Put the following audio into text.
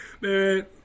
Man